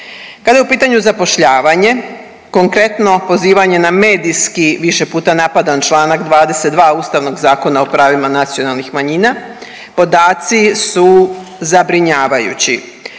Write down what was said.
Kada je u pitanju zapošljavanje konkretno pozivanje na medijski više puta napadan Članak 22. Ustavnog zakona o pravima nacionalnih manjina podaci su zabrinjavajući.